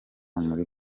muri